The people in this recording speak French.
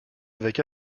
avec